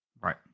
Right